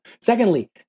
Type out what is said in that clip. Secondly